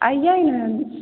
अइयै ने